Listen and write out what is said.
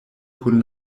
kun